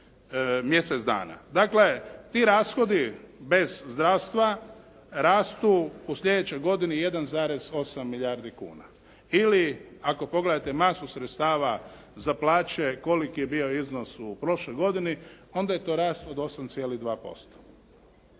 mjesec dana. Dakle, ti rashodi bez zdravstva rastu u sljedećoj godini 1,8 milijardi kuna ili ako pogledate masu sredstava za plaće koliki je bio iznos u prošloj godini onda je to rast od 8,2%.